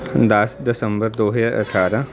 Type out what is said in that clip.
ਦਸ ਦਸੰਬਰ ਦੋ ਹਜ਼ਾਰ ਅਠਾਰਾਂ